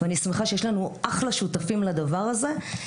ואני שמחה שיש לנו אחלה שותפים לדבר הזה,